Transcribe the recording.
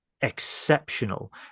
exceptional